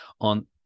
on